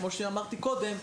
כמו שאמרתי קודם,